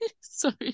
Sorry